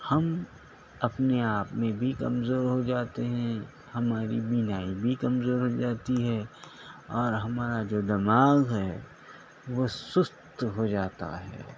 ہم اپنے آپ میں بھی کمزور ہو جاتے ہیں ہماری بینائی بھی کمزور ہو جاتی ہے اور ہمارا جو دماغ ہے وہ سست ہو جاتا ہے